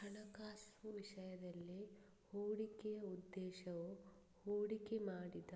ಹಣಕಾಸು ವಿಷಯದಲ್ಲಿ, ಹೂಡಿಕೆಯ ಉದ್ದೇಶವು ಹೂಡಿಕೆ ಮಾಡಿದ